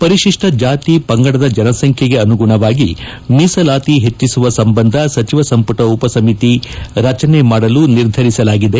ಪರಿತಿಷ್ಲ ಜಾತಿ ಪಂಗಡದ ಜನಸಂಖ್ಲೆಗೆ ಅನುಗುಣವಾಗಿ ಮೀಸಲಾತಿ ಹೆಚ್ಚಿಸುವ ಸಂಬಂಧ ಸಚಿವ ಸಂಪುಟ ಉಪಸಮಿತಿ ರಚನೆ ಮಾಡಲು ನಿರ್ಧರಿಸಲಾಗಿದೆ